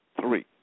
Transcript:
Three